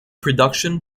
production